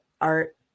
art